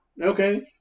Okay